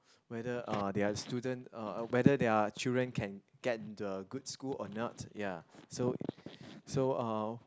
whether uh their student uh whether their children can get into a good school or not ya so so uh